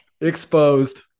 Exposed